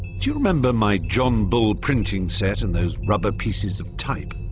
you remember my john bull printing set and those rubber pieces of type?